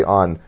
on